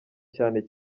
cyane